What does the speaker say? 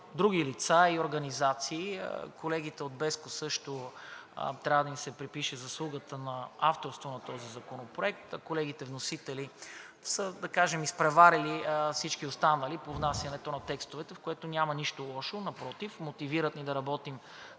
други лица и организации, а и на колегите от BESCO също трябва да им се припише заслугата на авторство на този законопроект, а колегите вносители са, да кажем, изпреварили всички останали по внасянето на текстовете. В това няма нищо лошо, напротив – мотивират ни да работим